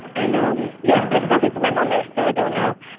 and um yeah. there's nothing for my mom there. so i don't know.